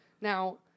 Now